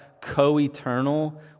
co-eternal